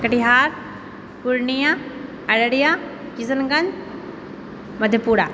Katihar Purnia Araria Kishanganj Madhepura